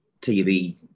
TV